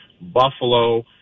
Buffalo